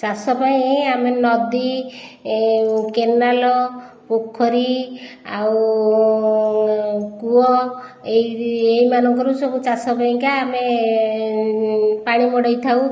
ଚାଷ ପାଇଁ ଆମେ ନଦୀ କେନାଲ ପୋଖରୀ ଆଉ କୂଅ ଏଇ ଏଇମାନଙ୍କରୁ ସବୁ ଚାଷ ପାଇଁକା ଆମେ ପାଣି ମଡ଼ାଇଥାଉ